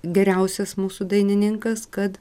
geriausias mūsų dainininkas kad